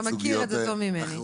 אתה מכיר את זה טוב ממני.